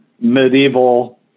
medieval